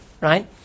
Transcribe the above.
Right